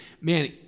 Man